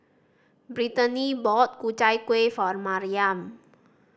Britany bought Ku Chai Kueh for Maryam